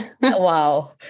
wow